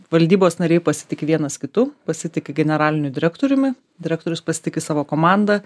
valdybos nariai pasitiki vienas kitu pasitiki generaliniu direktoriumi direktorius pasitiki savo komanda